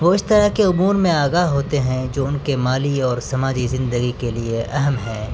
وہ اس طرح کے امور میں آگاہ ہوتے ہیں جو ان کے مالی اور سماجی زندگی کے لیے اہم ہے